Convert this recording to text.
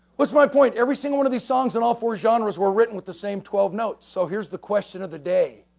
what's my point? every single one of these songs in all four genres were written with the same twelve notes. so, here's the question of the day,